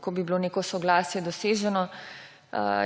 ko bi bilo neko soglasje doseženo.